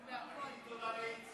תודה לאיציק.